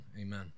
amen